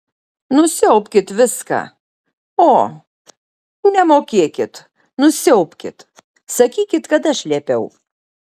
nusiaubkit viską o nemokėkit nusiaubkit sakykit kad aš liepiau